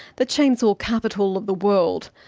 the chainsaw capital of the world,